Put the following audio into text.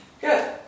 Good